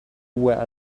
were